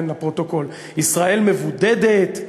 ישראל מבודדת,